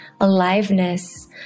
aliveness